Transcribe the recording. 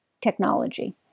technology